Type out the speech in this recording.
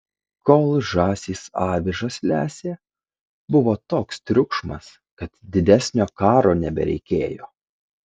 kol žąsys avižas lesė buvo toks triukšmas kad didesnio karo nebereikėjo